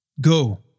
Go